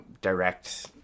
direct